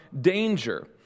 danger